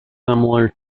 similar